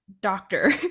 doctor